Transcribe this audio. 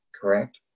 correct